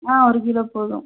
ஆ ஒரு கிலோ போதும்